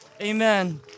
Amen